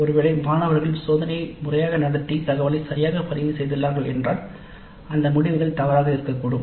ஒருவேளை மாணவர்கள் சோதனையை முறையாக நடத்தி தகவலை சரியாக பதிவு செய்துள்ளார்கள் என்றால் அந்த முடிவுகள் தவறாக இருக்கக்கூடும்